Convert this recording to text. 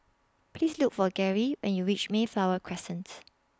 Please Look For Garey when YOU REACH Mayflower Crescents